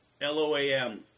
L-O-A-M